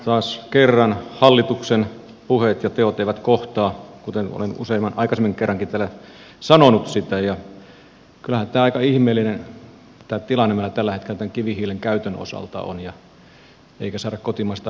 taas kerran hallituksen puheet ja teot eivät kohtaa kuten olen usean kerran aikaisemminkin täällä sanonut ja kyllähän aika ihmeellinen tämä tilanne meillä tällä hetkellä kivihiilen käytön osalta on eikä saada kotimaista energiaa liikkeelle